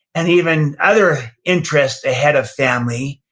and even other interests ahead of family,